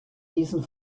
diesen